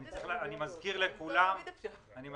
פעם ראשונה שאני שומע כך בוועדת הכספים.